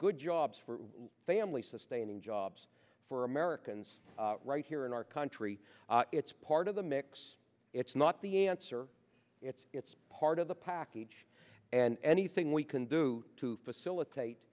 good jobs for family sustaining jobs for americans right here in our country it's part of the mix it's not the answer it's it's part of the package and anything we can do to